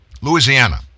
Louisiana